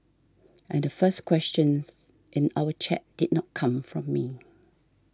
and the first questions in our chat did not come from me